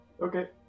Okay